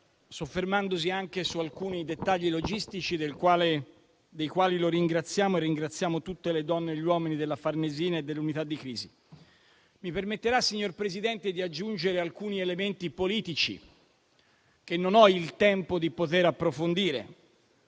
soffermandosi anche su alcuni dettagli logistici dei quali lo ringraziamo, come pure ringraziamo tutte le donne e gli uomini della Farnesina e dell'unità di crisi. Mi permetterà, signor Presidente, di aggiungere alcuni elementi politici che non ho il tempo di approfondire,